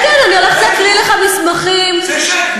כן, כן, אני הולכת להקריא לך מסמכים בין-לאומיים.